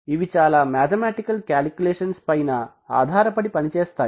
ఇవి చాలా mathematical calculations పైన ఆధారపడి పనిచేస్తాయి